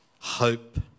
Hope